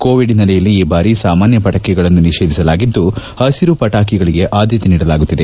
Covid ಹಿನ್ನೆಲೆಯಲ್ಲಿ ಈ ಬಾರಿ ಸಾಮಾನ್ಯ ಪಟಾಕಿಗಳನ್ನು ನಿಷೇಧಿಸಲಾಗಿದ್ದು ಹಸಿರು ಪಟಾಕಿಗಳಿಗೆ ಆದ್ಯತೆ ನೀಡಲಾಗುತ್ತಿದೆ